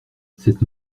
cette